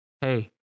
hey